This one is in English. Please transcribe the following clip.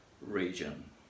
region